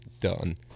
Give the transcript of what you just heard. done